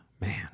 Man